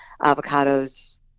Avocados